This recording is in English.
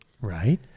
Right